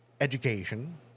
education